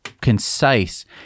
concise